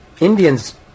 Indians